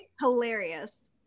hilarious